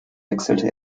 wechselte